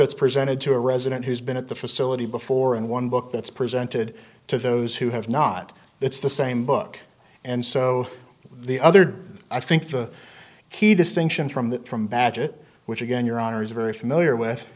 that's presented to a resident who's been at the facility before and one book that's presented to those who have not it's the same book and so the other day i think the key distinction from that from badgett which again your honor is very familiar with